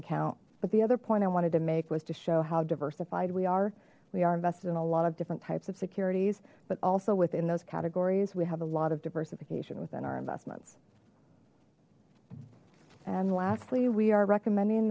account but the other point i wanted to make was to show how diversified we are we are invested in a lot of different types of securities but also within those categories we have a lot of diversification within our investments and lastly we are recommending